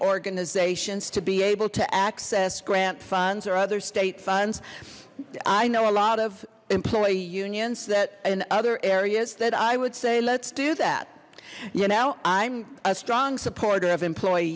organizations to be able to access grant funds or other state funds i know a lot of employee unions that in other areas that i would say let's do that you know i'm a strong supporter of employee